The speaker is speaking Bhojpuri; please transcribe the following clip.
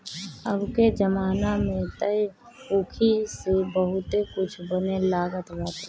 अबके जमाना में तअ ऊखी से बहुते कुछ बने लागल बाटे